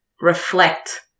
reflect